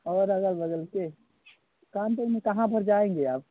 और अग़ल बग़ल के कानपुर मे कहाँ पर जाएँगे आप